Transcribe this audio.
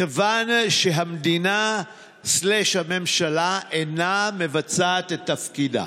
מכיוון שהמדינה/הממשלה אינה מבצעת את תפקידה,